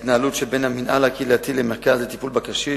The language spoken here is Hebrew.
להם טסט או ביטוח